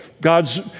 God's